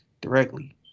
Directly